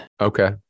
Okay